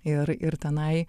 ir ir tenai